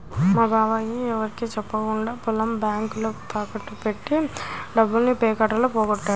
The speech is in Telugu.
మా బాబాయ్ ఎవరికీ చెప్పకుండా పొలం బ్యేంకులో తాకట్టు బెట్టి డబ్బుల్ని పేకాటలో పోగొట్టాడు